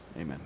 Amen